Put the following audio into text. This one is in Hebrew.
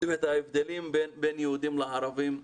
ההבדלים בין יהודים לערבים בנגב,